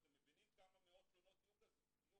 אתם מבינים כמה מאות תלונות תהיינה